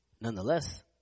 Nonetheless